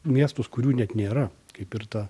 miestus kurių net nėra kaip ir ta